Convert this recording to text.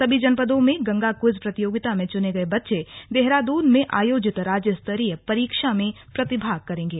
सभी जनपदों में गंगा क्विज प्रतियोगिता में चुने गये बच्चे देहरादून में आयोजित राज्यस्तरीय परीक्षा में प्रतिभाग करेंगे